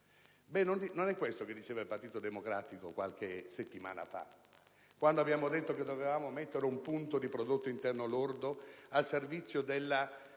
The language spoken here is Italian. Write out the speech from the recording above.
Non è questo che sosteneva il Partito Democratico qualche settimana fa, quando ha detto che si doveva mettere un punto di prodotto interno lordo al servizio di